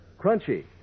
crunchy